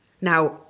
Now